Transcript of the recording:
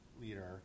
leader